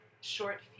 short